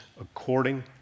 according